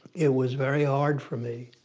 it was very hard for me